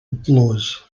blows